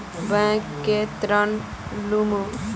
Bank से ऋण लुमू?